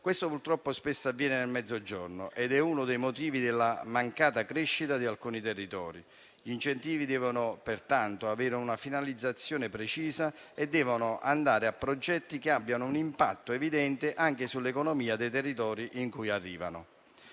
Questo purtroppo spesso avviene nel Mezzogiorno ed è uno dei motivi della mancata crescita di alcuni territori. Gli incentivi, pertanto, devono avere una finalizzazione precisa e devono andare a progetti che abbiano un impatto evidente anche sull'economia dei territori in cui arrivano.